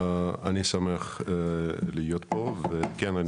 אני שמח להיות פה וכן,